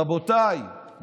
רבותיי,